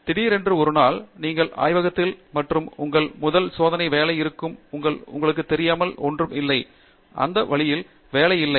திடீரென்று ஒரு நாள் நீங்கள் ஆய்வகத்தில் மற்றும் உங்கள் முதல் சோதனை வேலை இருக்கும் என்று உங்களுக்கு தெரியும் என்று ஒன்று இல்லை அது அந்த வழியில் வேலை இல்லை